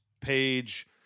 page